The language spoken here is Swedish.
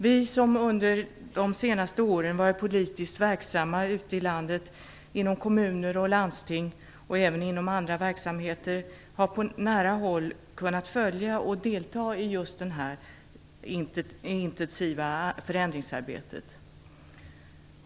Vi som under de senaste åren har varit politiskt verksamma ute i landet inom kommuner och landsting och även inom andra verksamheter har på nära håll kunnat följa och delta i just detta intensiva förändringsarbete.